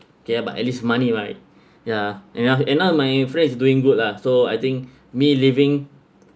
kay but at least money right yeah and now and now my friend is doing good lah so I think me leaving